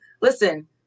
Listen